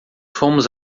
fomos